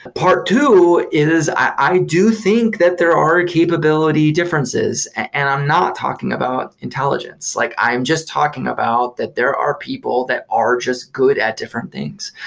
part two is i do think that there are capability differences. and i'm not talking about intelligence. like i'm just talking about that there are people that are just good at different things.